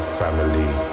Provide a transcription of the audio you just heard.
family